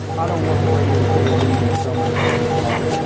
i don't want the radio to stay unmuted so i'm going to turn this off.